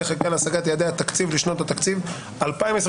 חקיקה להשגת יעדי התקציב לשנות התקציב 2023-2024),